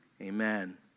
amen